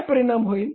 काय परिणाम होईल